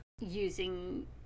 using